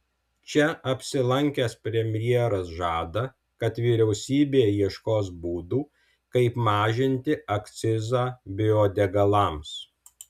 čia apsilankęs premjeras žada kad vyriausybė ieškos būdų kaip mažinti akcizą biodegalams